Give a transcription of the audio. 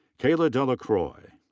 kayla de la croix.